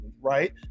right